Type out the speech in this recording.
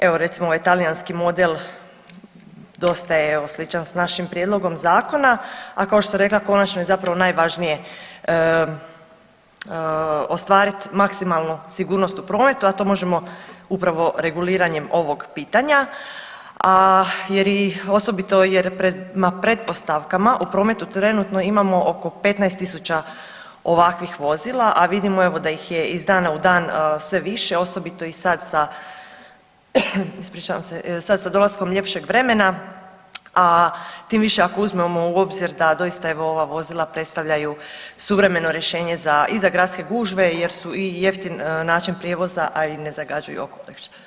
Evo recimo ovaj talijanski model dosta je evo sličan s našim prijedlogom zakona, a kao što sam rekla konačno je zapravo najvažnije ostvarit maksimalnu sigurnost u prometu, a to možemo upravo reguliranjem ovog pitanja, a jer i osobito jer pred, ma pretpostavkama o prometu trenutno imamo oko 15.000 ovakvih vozila, a vidimo evo da ih je iz dana u dan sve više, osobito i sad sa, ispričavam se, sad sa dolaskom ljepšeg vremena, a tim više ako uzmemo u obzir da doista evo ova vozila predstavljaju suvremeno rješenje za, i za gradske gužve jer su i jeftin način prijevoza, a i ne zagađuju okoliš.